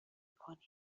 کنیم